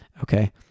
Okay